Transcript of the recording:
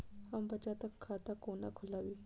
हम बचत खाता कोना खोलाबी?